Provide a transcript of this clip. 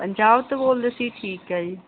ਪੰਜਾਬ ਤੋਂ ਬੋਲਦੇ ਸੀ ਠੀਕ ਹੈ ਜੀ